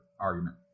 argument